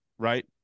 Right